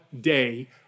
day